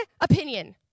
opinion